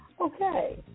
Okay